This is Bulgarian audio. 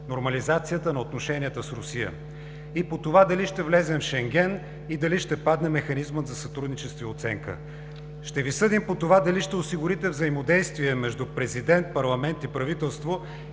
нормализацията на отношенията с Русия и по това дали ще влезем в Шенген и дали ще падне механизмът за сътрудничество и оценка. Ще Ви съдим по това дали ще осигурите взаимодействие между президент, парламент и правителство,